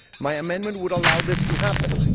my amendment would allow this to happen.